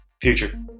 Future